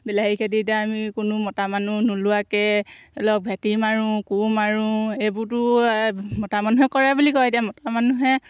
বিলাহী খেতি এতিয়া আমি কোনো মতা মানুহ নোলোৱাকৈ অলপ ভেটি মাৰোঁ কোৰ মাৰোঁ এইবোৰটো মতা মানুহে কৰে বুলি কয় এতিয়া মতা মানুহে